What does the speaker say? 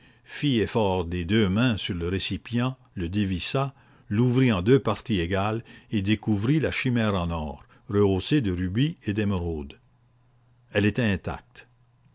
fit effort des deux mains sur le récipient le dévissa l'ouvrit en deux parties égales et découvrit la chimère en or rehaussée de rubis et d'émeraudes elle était intacte